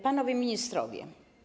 Panowie Ministrowie!